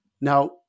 Now